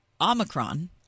Omicron